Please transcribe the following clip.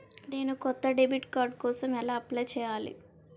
నేను కొత్త debit card కోసం ఎలా అప్లయ్ చేయాలి?